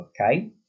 okay